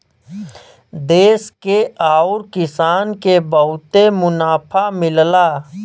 देस के आउर किसान के बहुते मुनाफा मिलला